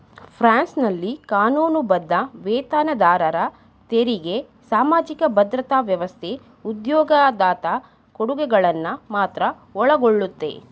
ಫ್ರಾನ್ಸ್ನಲ್ಲಿ ಕಾನೂನುಬದ್ಧ ವೇತನದಾರರ ತೆರಿಗೆ ಸಾಮಾಜಿಕ ಭದ್ರತಾ ವ್ಯವಸ್ಥೆ ಉದ್ಯೋಗದಾತ ಕೊಡುಗೆಗಳನ್ನ ಮಾತ್ರ ಒಳಗೊಳ್ಳುತ್ತೆ